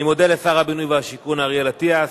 אני מודה לשר הבינוי והשיכון אריאל אטיאס.